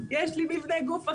יש לי מבנה גוף אחר.